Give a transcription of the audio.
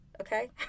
okay